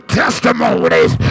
testimonies